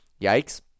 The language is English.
Yikes